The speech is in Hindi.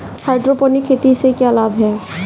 हाइड्रोपोनिक खेती से क्या लाभ हैं?